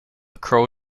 crow